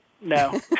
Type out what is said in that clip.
No